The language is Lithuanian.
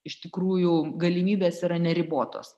iš tikrųjų galimybės yra neribotos